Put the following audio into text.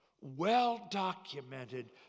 well-documented